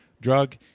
drug